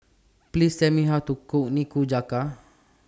Please Tell Me How to Cook Nikujaga